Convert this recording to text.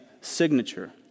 signature